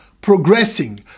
progressing